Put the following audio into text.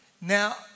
Now